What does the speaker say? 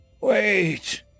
Wait